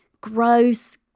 gross